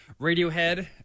Radiohead